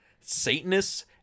Satanists